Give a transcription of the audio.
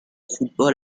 football